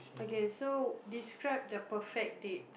okay so describe the perfect date